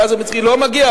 הגז המצרי לא מגיע,